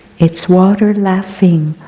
its water laughing,